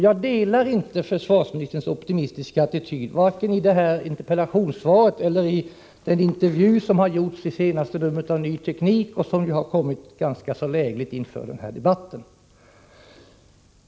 Jag har inte samma optimistiska attityd som den som kommer till uttryck i interpellationssvaret och i en intervju som gjorts i senaste numret av Ny Teknik, vilken kommit ganska lägligt inför den här debatten.